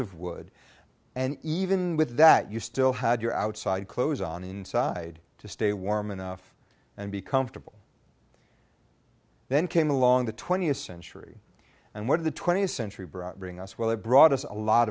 of wood and even with that you still had your outside clothes on the inside to stay warm enough and be comfortable then came along the twentieth century and one of the twentieth century brought bring us well it brought us a lot